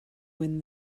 when